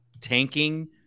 tanking